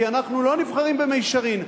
כי אנחנו לא נבחרים במישרין,